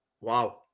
Wow